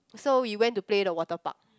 so we went to play the water park